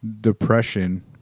depression